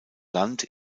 land